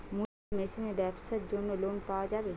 মুড়ি ভাজা মেশিনের ব্যাবসার জন্য লোন পাওয়া যাবে?